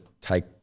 Take